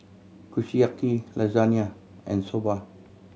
Kushiyaki Lasagne and Soba